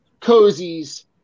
cozies